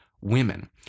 women